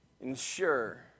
ensure